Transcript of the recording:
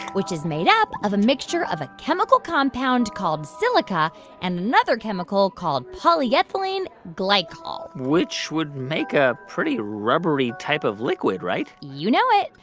which is made up of a mixture of a chemical compound called silica and another chemical called polyethylene glycol which would make a pretty rubbery type of liquid, right? you know it.